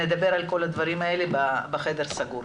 ונדבר על כל הדברים האלה בחדר סגור.